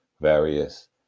various